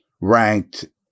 ranked